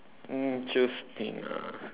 interesting ah